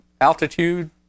altitude